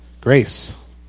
grace